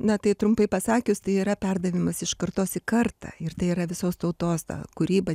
na tai trumpai pasakius tai yra perdavimas iš kartos į kartą ir tai yra visos tautos ta kūryba